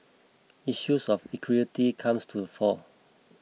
issues of equity comes to the fore